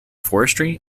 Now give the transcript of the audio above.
forestry